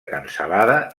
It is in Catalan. cansalada